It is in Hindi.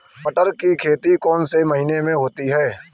मटर की खेती कौन से महीने में होती है?